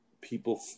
people